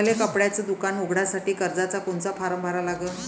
मले कपड्याच दुकान उघडासाठी कर्जाचा कोनचा फारम भरा लागन?